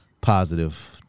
positive